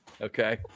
Okay